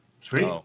Sweet